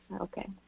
Okay